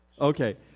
Okay